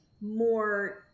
more